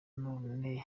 none